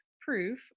proof